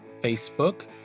Facebook